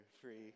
free